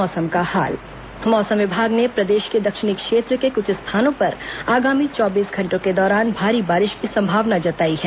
मौसम मौसम विभाग ने प्रदेश के दक्षिणी क्षेत्र के कुछ स्थानों पर आगामी चौबीस घंटों के दौरान भारी बारिश की संभावना जताई है